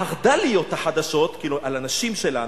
החרד"ליות החדשות", כאילו הנשים שלנו,